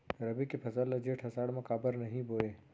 रबि के फसल ल जेठ आषाढ़ म काबर नही बोए?